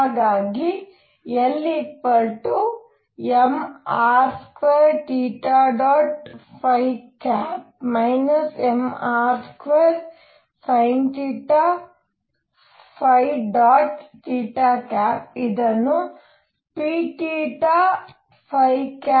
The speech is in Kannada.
ಹಾಗಾಗಿ L mr2 mr2sinθ ಇದನ್ನು p psinθ